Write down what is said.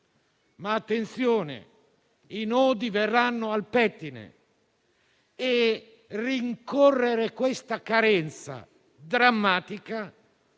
dei fondi, ma i nodi verranno al pettine e rincorrere questa carenza drammatica,